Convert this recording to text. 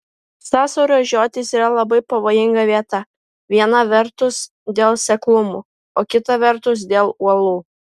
sąsiaurio žiotys yra labai pavojinga vieta viena vertus dėl seklumų o kita vertus dėl uolų